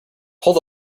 pull